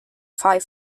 five